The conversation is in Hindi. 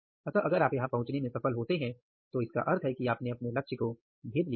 अतः अगर आप यहां तक पहुंचने में सफल होते हैं तो इसका अर्थ है कि आपने अपने लक्ष्य को भेद लिया है